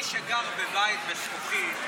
מי שגר בבית מזכוכית,